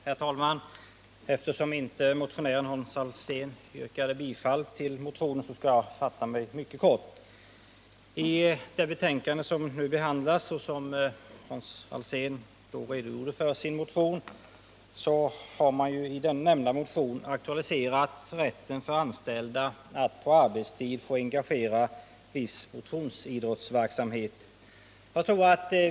Herr talman! Eftersom motionären Hans Alsén inte yrkade bifall till motionen skall jag fatta mig mycket kort. 165 I den motion som behandlas i detta betänkande och som Hans Alsén redogjorde för har man aktualiserat rätten för anställda att på arbetstid få engagera sig i viss motionsidrottsverksamhet.